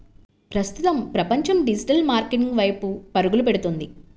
ప్రస్తుతం ప్రపంచం digital marketing వైపు పరుగులు పెడుతుంది